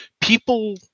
People